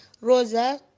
Rosa